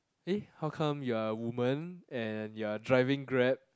eh how come you are a woman and you are driving Grab